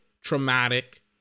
traumatic